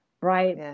right